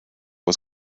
was